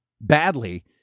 badly